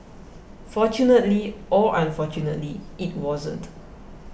fortunately or unfortunately it wasn't